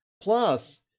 Plus